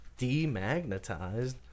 demagnetized